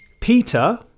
peter